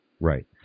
Right